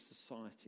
society